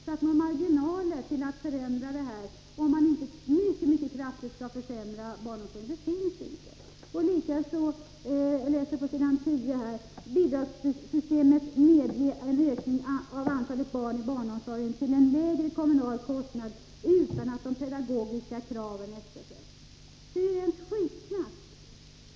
Några marginaler till att förändra detta finns inte, om man inte mycket kraftigt skall försämra barnomsorgen. Jag läser vidare på s. 10 att bidragssystemet bör ”medge en ökning av antalet barn i barnomsorgen till en lägre kommunal kostnad utan att de pedagogiska kraven eftersätts”. Det är ju rent struntprat.